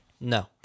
No